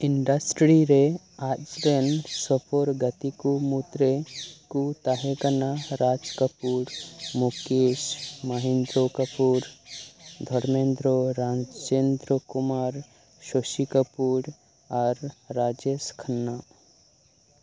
industry ᱨᱮ ᱟᱡᱨᱮᱱ ᱥᱚᱯᱷᱚᱨ ᱜᱟᱛᱮ ᱠᱚ ᱢᱩᱫᱽᱨᱮ ᱠᱚ ᱛᱟᱦᱮᱸ ᱠᱟᱱᱟ ᱨᱟᱡᱽ ᱠᱟᱯᱩᱨ ᱢᱩᱠᱮᱥ ᱢᱟᱦᱮᱱᱫᱨᱚ ᱠᱟᱯᱩᱨ ᱫᱷᱚᱨᱢᱮᱱᱫᱨᱚ ᱨᱟᱡᱮᱱᱫᱨᱚ ᱠᱩᱢᱟᱨ ᱥᱳᱥᱤ ᱠᱟᱯᱩᱨ ᱟᱨ ᱨᱟᱡᱮᱥ ᱠᱷᱟᱱᱱᱟ